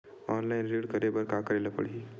Online ऋण करे बर का करे ल पड़हि?